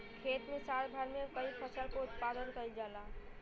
खेत में साल भर में कई फसल क उत्पादन कईल जाला